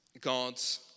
God's